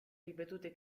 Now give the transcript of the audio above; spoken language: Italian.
ripetute